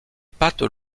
pattes